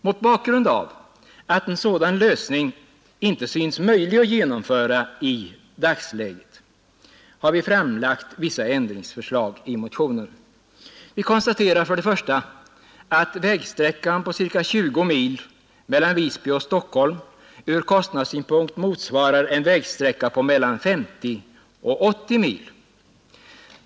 Mot bakgrund av att en sådan lösning inte synes möjlig att genomföra i dagsläget har vi i motionen framlagt vissa ändringsförslag. Vi konstaterar att vägsträckan på ca 20 mil mellan Visby och Stockholm ur kostnadssynpunkt motsvarar en vägsträcka på mellan 50 och 80 mil.